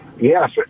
Yes